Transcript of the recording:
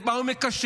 את מה הוא מקשר?